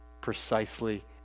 precisely